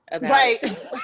Right